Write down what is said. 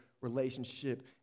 relationship